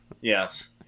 Yes